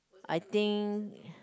I think